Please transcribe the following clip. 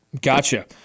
Gotcha